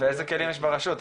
ואיזה כלים יש ברשות?